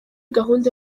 gahunda